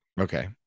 okay